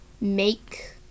make